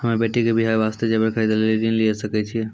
हम्मे बेटी के बियाह वास्ते जेबर खरीदे लेली ऋण लिये सकय छियै?